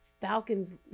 Falcons